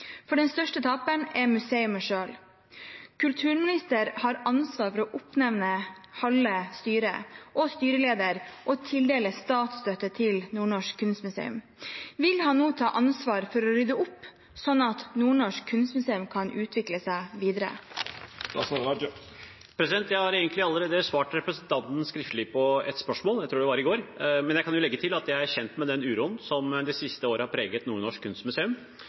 for den største taperen er museet selv. Kulturministeren har ansvar for å oppnevne halve styret og styreleder og tildeler statsstøtte til NNKM. Vil han nå ta ansvar for å rydde opp, slik at NNKM kan utvikle seg videre?» Jeg har egentlig allerede svart representanten skriftlig på et spørsmål, jeg tror det var i går. Men jeg kan jo legge til at jeg er kjent med den uroen som det siste året har preget Nordnorsk Kunstmuseum.